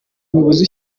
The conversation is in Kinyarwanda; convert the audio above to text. umuyobozi